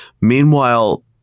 Meanwhile